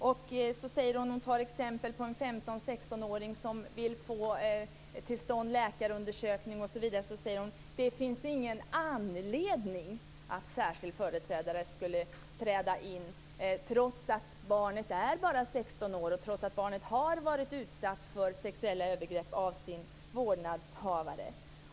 Alice Åström nämner som exempel en 15-16 åring som vill genomgå läkarundersökning och att det då inte finns någon anledning att utse en företrädare, trots att barnet bara är 16 år och trots att barnet har varit utsatt för sexuella övergrepp av sin vårdnadshavare.